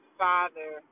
father